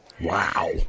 Wow